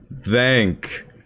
thank